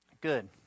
Good